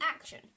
action